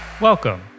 welcome